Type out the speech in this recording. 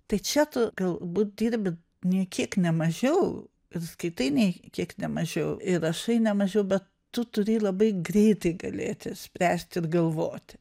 tai čia tu galbūt dirbi nė kiek ne mažiau ir skaitai nė kiek ne mažiau ir rašai ne mažiau bet tu turi labai greitai galėti spręst ir galvoti